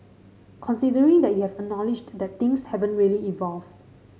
considering that you have acknowledged that things haven't really evolved